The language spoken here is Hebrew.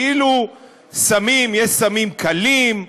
כאילו יש סמים קלים,